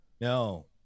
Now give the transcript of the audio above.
No